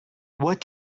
what